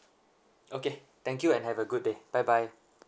okay thank you and have a good day bye bye